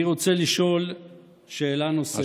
אני רוצה לשאול שאלה נוספת.